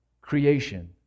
creation